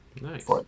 Nice